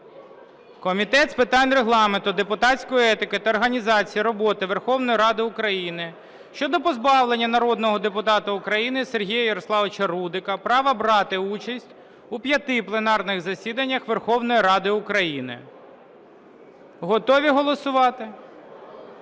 Комітету з питань Регламенту, депутатської етики та організації роботи Верховної Ради України щодо позбавлення народного депутата України Сергія Ярославовича Рудика права брати участь у п'яти пленарних засіданнях Верховної Ради України. Готові голосувати? Готові?